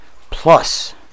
plus